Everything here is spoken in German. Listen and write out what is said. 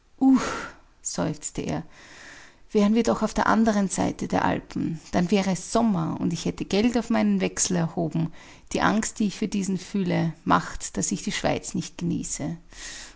seufzte er wären wir doch auf der andern seite der alpen dann wäre es sommer und ich hätte geld auf meinen wechsel erhoben die angst die ich für diesen fühle macht daß ich die schweiz nicht genieße